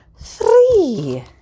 Three